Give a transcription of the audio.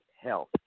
health